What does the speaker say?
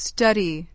Study